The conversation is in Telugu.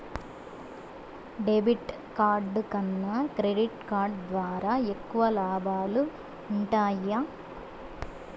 డెబిట్ కార్డ్ కన్నా క్రెడిట్ కార్డ్ ద్వారా ఎక్కువ లాబాలు వుంటయ్యి